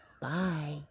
Bye